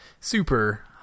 super